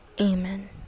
Amen